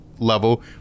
Level